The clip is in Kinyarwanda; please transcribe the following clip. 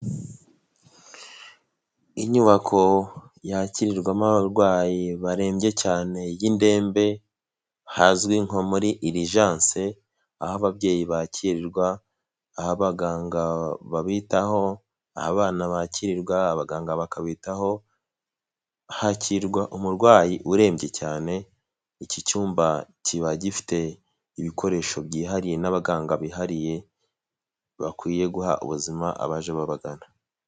Inyubako yakirirwamo abarwayi barembye cyane, y'indembe hazwi nko muri irijance. Aho ababyeyi bakirirwa, aho nabaganga babitaho, abana bakirirwa, abaganga bakabitaho. Hakirwa umurwayi urembye cyane, iki cyumba kiba gifite ibikoresho byihariye n'abaganga bihariye. Bakwiye guha ubuzima abaje babagana.